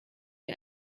wie